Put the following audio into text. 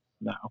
No